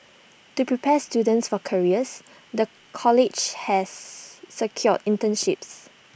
to prepare students for careers the college has secured internships